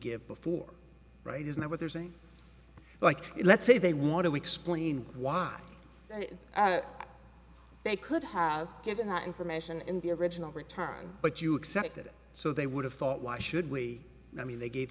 give before right is not what they're saying like let's say they want to explain why they could have given that information in the original return but you accepted it so they would have thought why should we i mean they gave